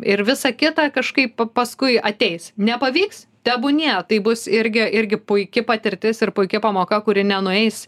ir visa kita kažkaip p paskui ateis nepavyks tebūnie tai bus irgi irgi puiki patirtis ir puiki pamoka kuri nenueis